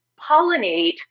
pollinate